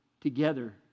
together